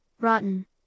rotten